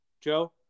Joe